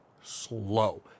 slow